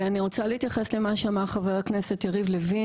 אני רוצה להתייחס למה שאמר חבר הכנסת יריב לוין